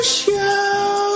show